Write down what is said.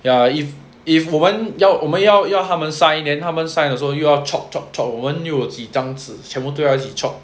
ya if if 我们要我们要要他们 sign then 他们 sign 的时候又要 chop chop 我们又有几张纸全部都要一起 chop